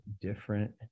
different